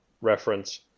reference